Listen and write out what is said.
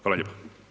Hvala lijepo.